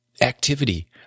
activity